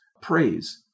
praise